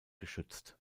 geschützt